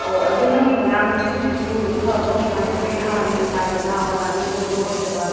ꯑꯧ ꯑꯗꯣ ꯅꯪꯒꯤ ꯃꯅꯥ ꯃꯁꯤꯡꯁꯤꯁꯨ ꯐꯕ꯭ꯔꯣ ꯀꯃꯥꯏ ꯇꯧꯒꯦ ꯍꯥꯔ ꯅꯨꯡ ꯆꯥꯏꯗꯅ ꯑꯣꯔꯒꯥꯅꯤꯛ ꯑꯣꯏꯕ ꯑꯣꯏꯗꯕ